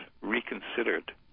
Reconsidered